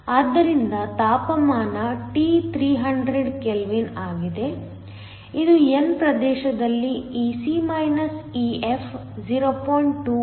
ಆದ್ದರಿಂದ ತಾಪಮಾನ T 300 kelvin ಆಗಿದೆ ಇದು n ಪ್ರದೇಶದಲ್ಲಿ Ec EF 0